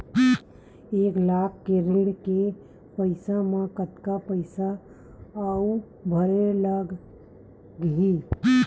एक लाख के ऋण के पईसा म कतका पईसा आऊ भरे ला लगही?